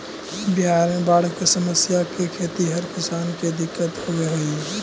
बिहार में बाढ़ के समस्या से खेतिहर किसान के दिक्कत होवऽ हइ